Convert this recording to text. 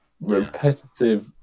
repetitive